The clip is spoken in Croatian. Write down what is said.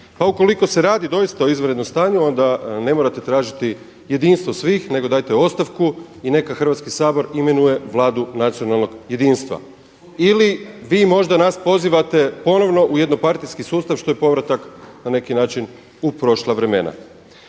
Pa ukoliko se radi doista o izvanrednom stanju onda ne morate tražiti jedinstvo svih nego dajte ostavku i neka Hrvatski sabor imenuje vladu nacionalnog jedinstva ili vi možda nas pozivate ponovno u jednopartijski sustav što je povratak na neki način u prošla vremena.